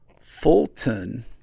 Fulton